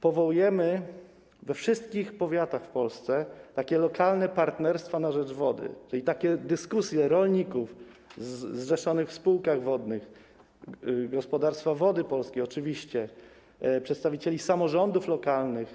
Powołujemy we wszystkich powiatach w Polsce lokalne partnerstwa na rzecz wody, czyli fora dyskusyjne rolników zrzeszonych w spółkach wodnych, gospodarstwa Wody Polskie oczywiście, przedstawicieli samorządów lokalnych.